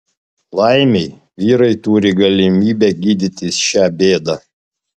laimei vyrai turi galimybę gydytis šią bėdą